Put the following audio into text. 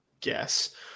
Guess